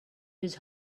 his